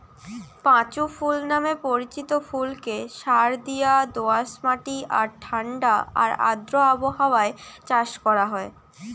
পাঁচু ফুল নামে পরিচিত ফুলকে সারদিয়া দোআঁশ মাটি আর ঠাণ্ডা আর আর্দ্র আবহাওয়ায় চাষ করা হয়